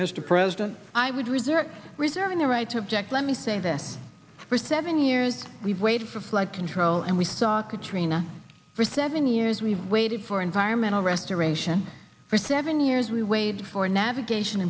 mr president i would reserve reserving the right to object let me say that for seven years we've waited for flood control and we saw katrina for seven years we've waited for environmental restoration for seven years we waited for navigation